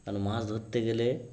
কেন মাছ ধরতে গেলে